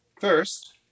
First